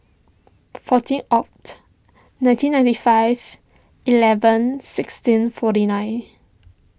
fourteen Oct nineteen ninety five eleven sixteen forty nine